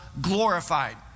glorified